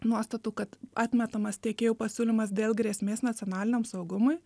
nuostatų kad atmetamas tiekėjų pasiūlymas dėl grėsmės nacionaliniam saugumui